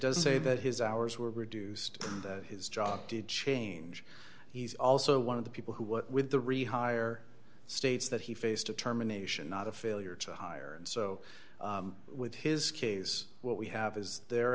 does say that his hours were reduced his job to change he's also one of the people who what with the rehire states that he faced determination not a failure to hire and so with his case what we have is the